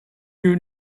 you